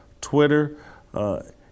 Twitter